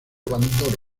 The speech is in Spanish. abandono